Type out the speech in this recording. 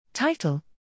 Title